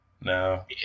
No